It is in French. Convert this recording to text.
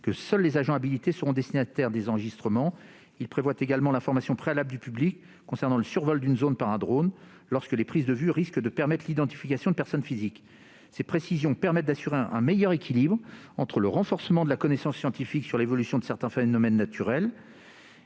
que seuls les agents habilités seront destinataires des enregistrements. Il s'agit également de prévoir l'information préalable du public concernant le survol d'une zone par un drone lorsque les prises de vue risquent de permettre l'identification de personnes physiques. De telles précisions permettent d'assurer un meilleur équilibre entre le renforcement de la connaissance scientifique sur l'évolution de certains phénomènes naturels